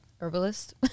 herbalist